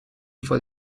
for